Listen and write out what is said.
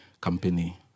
Company